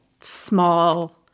small